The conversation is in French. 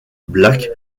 black